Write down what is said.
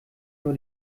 nur